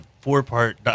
four-part